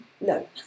no